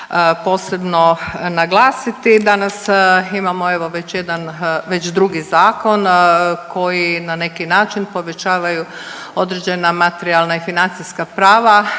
posebno naglasiti. Danas imamo evo već jedan, već drugi zakon koji na neki način povećavaju određena materijalna i financijska prava